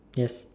yes